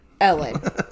Ellen